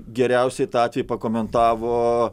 geriausiai tą atvejį pakomentavo